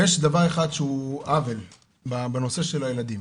ויש דבר אחד שהוא עוול בנושא של הילדים.